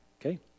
Okay